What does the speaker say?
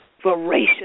voracious